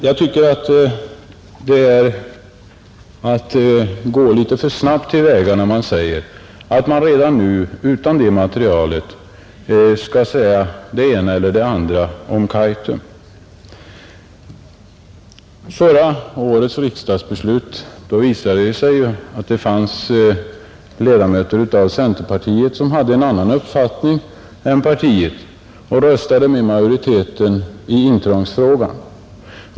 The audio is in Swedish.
Jag tycker att det är att gå litet för snabbt till väga att kräva att man redan nu utan det materialet skall säga det ena eller det andra om Kaitum. Vid förra årets riksdagsbeslut visade det sig att det fanns ledamöter av centerpartiet som hade en annan uppfattning än partiet och röstade med majoriteten i intrångsfrågan.